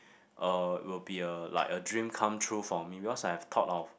uh will be a like a dream come true for me because I have thought of